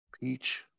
peach